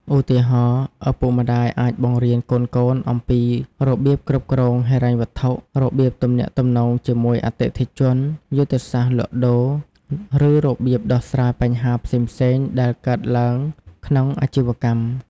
ឧទាហរណ៍ ឪពុកម្តាយអាចបង្រៀនកូនៗអំពីរបៀបគ្រប់គ្រងហិរញ្ញវត្ថុ របៀបទំនាក់ទំនងជាមួយអតិថិជន យុទ្ធសាស្ត្រលក់ដូរ ឬរបៀបដោះស្រាយបញ្ហាផ្សេងៗដែលកើតឡើងក្នុងអាជីវកម្ម។